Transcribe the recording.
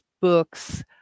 books